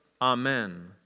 Amen